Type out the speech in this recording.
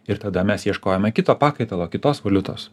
ir tada mes ieškojome kito pakaitalo kitos valiutos